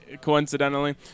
coincidentally